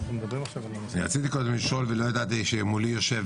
רציתי לשאול ולא ידעתי שמולי יושב